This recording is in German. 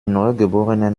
neugeborenen